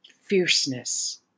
fierceness